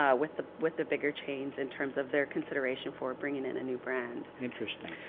ah with the with the bigger chains in terms of their consideration for bringing in a new brand, nutrition,